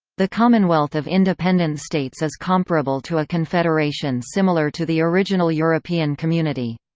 the commonwealth of independent states is comparable to a confederation similar to the original european community.